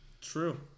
True